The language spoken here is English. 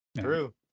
true